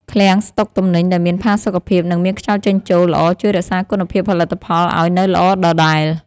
ឃ្លាំងស្តុកទំនិញដែលមានផាសុកភាព និងមានខ្យល់ចេញចូលល្អជួយរក្សាគុណភាពផលិតផលឱ្យនៅល្អដដែល។